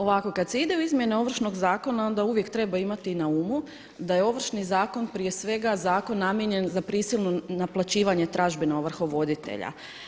Ovako, kad se ide u izmjene Ovršnog zakona onda uvijek treba imati na umu da je Ovršni zakon prije svega zakon namijenjen za prisilno naplaćivanje tražbine ovrhovoditelja.